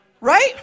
Right